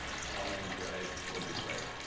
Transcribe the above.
calming bright we'll do bright